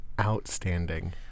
Outstanding